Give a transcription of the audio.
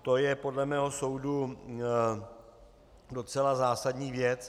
To je podle mého soudu docela zásadní věc.